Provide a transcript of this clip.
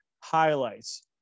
highlights